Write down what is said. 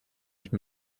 nicht